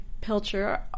Pilcher